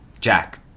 Jack